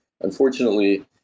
Unfortunately